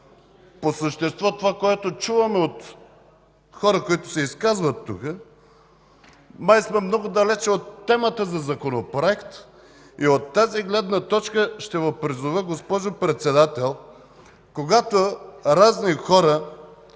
по същество това, което чуваме от хора, които се изказват тук, май сме много далеч от темата за законопроект. И от тази гледна точка ще Ви призова, госпожо Председател, когато разни хора